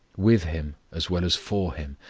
with him as well as for him,